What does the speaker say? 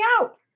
out